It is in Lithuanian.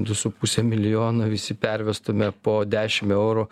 du su puse milijono visi pervestume po dešimt eurų